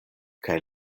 kaj